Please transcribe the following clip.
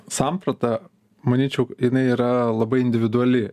samprata manyčiau jinai yra labai individuali